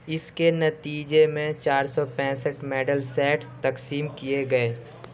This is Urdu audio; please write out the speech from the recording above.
اس کے نتیجے میں چار سو پینسٹھ میڈل سیٹس تقسیم کیے گئے